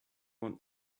want